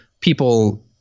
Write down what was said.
People